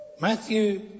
Matthew